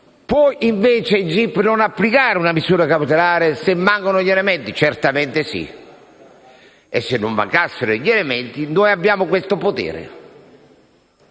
Può invece il Gip non applicare una misura cautelare, se mancano gli elementi? Certamente sì e, se non mancassero gli elementi, noi abbiamo questo potere.